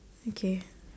okay